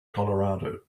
colorado